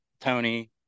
Tony